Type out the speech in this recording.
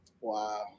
Wow